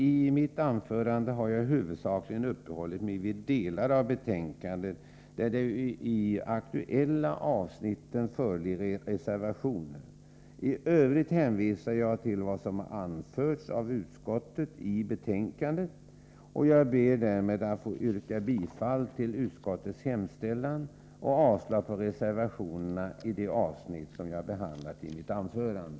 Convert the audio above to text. I mitt anförande har jag huvudsakligen uppehållit mig vid de delar av betänkandet där det i de aktuella avsnitten föreligger reservationer. I övrigt hänvisar jag till vad som anförts av utskottet i betänkandet. Jag ber därmed att få yrka bifall till utskottets hemställan och avslag på reservationerna i de avsnitt som jag har behandlat i mitt anförande.